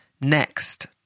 next